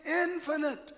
infinite